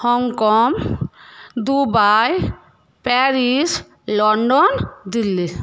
Hong Kong Dubai Paris London Delhi